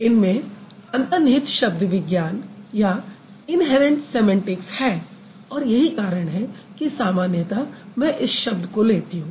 इनमें अंतर्निहित शब्द विज्ञान है और यही कारण है कि समान्यतः मैं इस शब्द को लेती हूँ